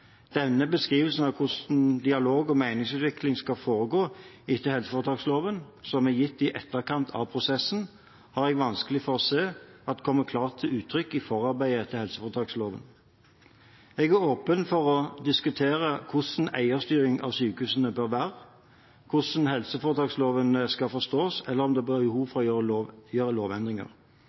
Denne beskrivelsen av hvordan dialog- og meningsutveksling skal foregå etter foretaksloven, som er gitt i etterkant av prosessen, har jeg vanskelig for å se kommer klart til uttrykk i forarbeidet til helseforetaksloven. Jeg er åpen for å diskutere hvordan eierstyringen av sykehusene bør være, hvordan helseforetaksloven skal forstås, eller om det er behov for å gjøre lovendringer.